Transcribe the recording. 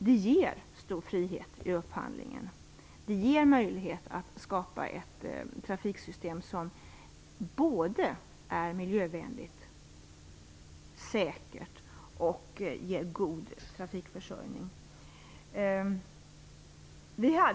Det ger stor frihet vid upphandlingen, och det ger möjlighet att skapa ett trafiksystem som är miljövänligt, säkert och ger god trafikförsörjning.